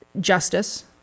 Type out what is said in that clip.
justice